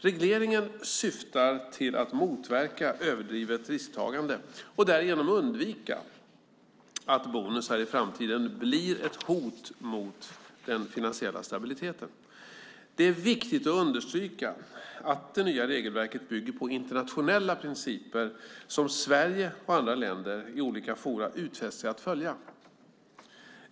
Regleringen syftar till att motverka överdrivet risktagande och därigenom undvika att bonusar i framtiden blir ett hot mot den finansiella stabiliteten. Det är viktigt att understryka att det nya regelverket bygger på internationella principer som Sverige och andra länder i olika forum utfäst sig att följa.